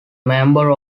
member